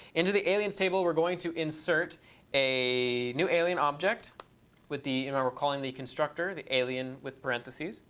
into the aliens table we're going to insert a new alien object with the and you know we're calling the constructor, the alien with parentheses.